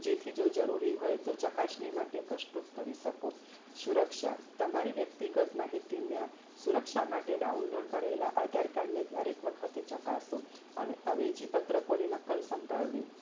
જેથી જો જરૂરી હોય તો ચકાસણી માટે પ્રસ્તુત કરી શકો સુરક્ષા તમારી વ્યક્તિગત માહિતીના સુરક્ષા માટે ડાઉનલોડ કરેલાં આધારકાર્ડને દરેક વખતે ચકાસો અને અવેજી પત્રકોની નકલ સંભાળવી